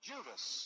Judas